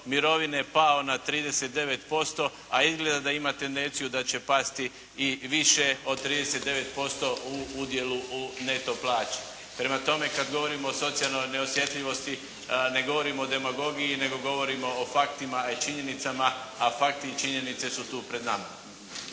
mirovine pao na 39%, a izgleda da ima tendenciju da će pasti i više od 39% u udjelu u neto plaći. Prema tome, kada govorimo o socijalnoj neosjetljivosti, ne govorimo o demagogiji nego govorimo o faktima a i činjenicama, a fakti i činjenice su tu pred nama.